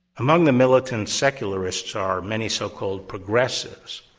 among the militant secularists are many so-called progressives,